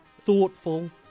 thoughtful